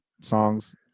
songs